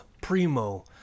primo